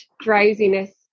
drowsiness